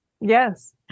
Yes